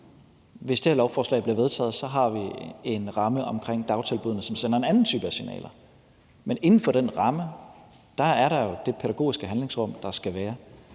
Hvis det her lovforslag bliver vedtaget, har vi en ramme omkring dagtilbuddene, som sender en anden type af signaler. Men inden for den ramme er der jo det pædagogiske handlerum, der skal være.